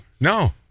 No